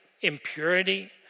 impurity